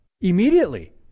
immediately